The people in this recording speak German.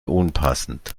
unpassend